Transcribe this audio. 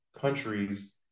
countries